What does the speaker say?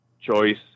choice